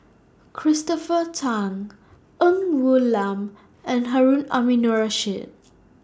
Christopher Tan Ng Woon Lam and Harun Aminurrashid